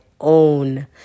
own